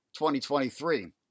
2023